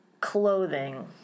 Clothing